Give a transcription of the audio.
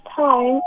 time